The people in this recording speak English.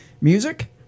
music